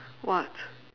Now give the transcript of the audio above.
what